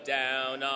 down